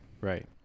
Right